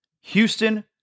Houston